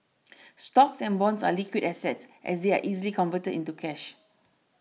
stocks and bonds are liquid assets as they are easily converted into cash